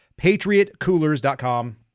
patriotcoolers.com